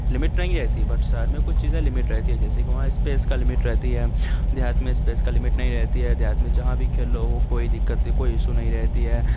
limit نہیں رہتی but شہر میں کچھ چیزیں لمٹ رہتی ہے جیسے کہ وہاں اسپیس کا لمٹ رہتی ہے دیہات میں اسپیس کا لمٹ نہیں رہتی ہے دیہات میں جہاں بھی کھیل لو وہ کوئی دقت نہیں کوئی ایشو نہیں رہتی ہے